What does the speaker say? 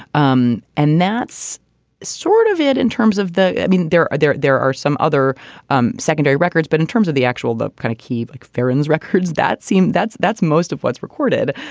um and that's sort of it in terms of the i mean, there are there there are some other um secondary records. but in terms of the actual the kind of key like theron's records that seem, that's that's most of what's recorded.